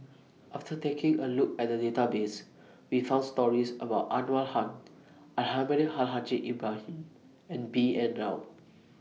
after taking A Look At The Database We found stories about Anwarul Haque Almahdi Al Haj Ibrahim and B N Rao